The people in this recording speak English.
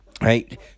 Right